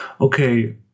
Okay